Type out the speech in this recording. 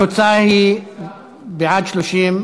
התשע"ג 2013,